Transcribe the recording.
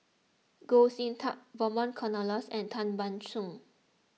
Goh Sin Tub Vernon Cornelius and Tan Ban Soon